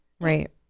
right